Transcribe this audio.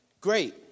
great